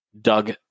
Doug